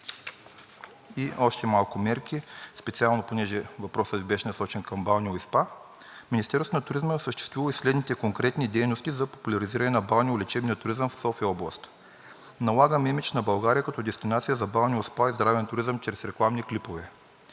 И още малко мерки. Въпросът Ви беше насочен към балнео и спа. В Министерството на туризма съществуват и следните конкретни дейности за популяризиране на балнео- и лечебния туризъм в София област. Налагаме имидж на България като дестинация за балнео-, спа и здраве туризъм чрез рекламни клипове.